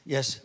Yes